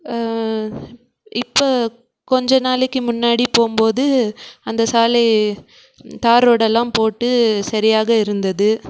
இப்போ கொஞ்சம் நாளைக்கு முன்னாடி போகும்போது அந்த சாலை தார் ரோடு எல்லாம் போட்டு சரியாக இருந்தது